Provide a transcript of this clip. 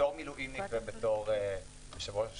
בתור מילואימניק ובתור יושב-ראש השדולה,